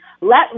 let